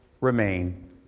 remain